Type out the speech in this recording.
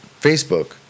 Facebook